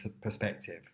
perspective